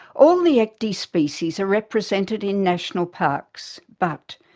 all the ecdie species are represented in national parks but,